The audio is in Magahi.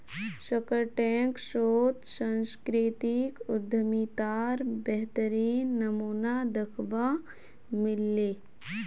शार्कटैंक शोत सांस्कृतिक उद्यमितार बेहतरीन नमूना दखवा मिल ले